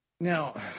Now